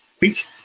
Week